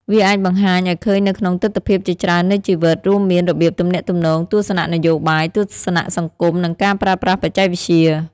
វាអាចបង្ហាញឱ្យឃើញនៅក្នុងទិដ្ឋភាពជាច្រើននៃជីវិត រួមមានរបៀបទំនាក់ទំនង ទស្សនៈនយោបាយ ទស្សនៈសង្គម និងការប្រើប្រាស់បច្ចេកវិទ្យា។